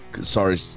sorry